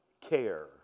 care